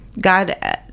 God